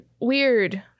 weird